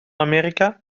amerika